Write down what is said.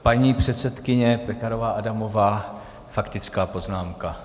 Paní předsedkyně Pekarová Adamová, faktická poznámka.